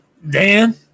dan